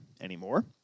anymore